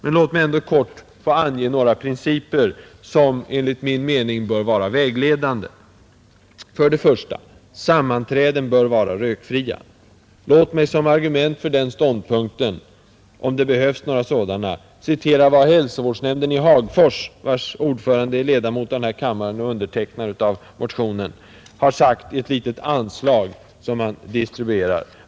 Men låt mig ändå kort få ange några principer, som enligt min mening bör vara vägledande. För det första: Sammanträden bör vara rökfria. Låt mig som argument för den ståndpunkten — om det behövs några sådana — citera vad hälsovårdsnämnden i Hagfors vars ordförande är ledamot av denna kammare och undertecknare av motionen, har sagt på ett litet anslag som man distribuerar.